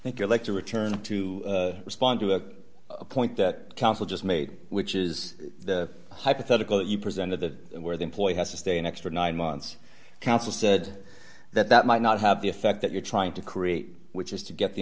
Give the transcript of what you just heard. i like to return to respond to a point that counsel just made which is the hypothetical you presented that where the employee has to stay an extra nine months counsel said that that might not have the effect that you're trying to create which is to get the